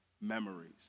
memories